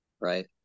Right